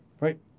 Right